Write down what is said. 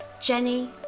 jenny